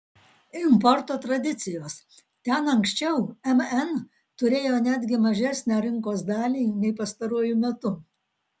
importo tradicijos ten anksčiau mn turėjo netgi mažesnę rinkos dalį nei pastaruoju metu